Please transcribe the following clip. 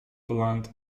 blunt